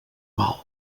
val